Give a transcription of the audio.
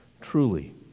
Truly